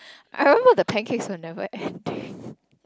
I remember the pancakes were never ending